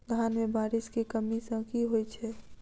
धान मे बारिश केँ कमी सँ की होइ छै?